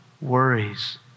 worries